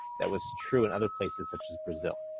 that was true and other places such as brazil?